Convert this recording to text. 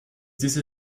diese